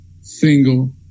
single